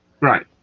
right